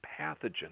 pathogen